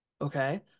okay